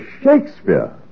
Shakespeare